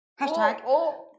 Hashtag